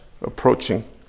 approaching